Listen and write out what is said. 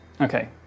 Okay